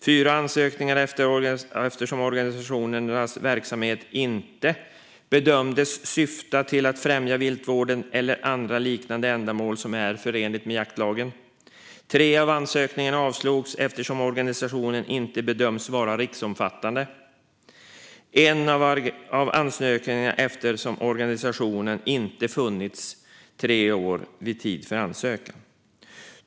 Fyra av ansökningarna har avslagits eftersom organisationernas verksamhet inte bedömts syfta till att främja viltvården eller andra liknande ändamål som är förenliga med jaktlagen. Tre av ansökningarna har avslagits eftersom organisationerna inte har bedömts vara riksomfattande. En av ansökningarna har avslagits eftersom organisationen inte funnits i tre år vid tiden för ansökan.